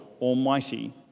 Almighty